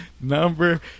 number